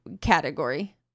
category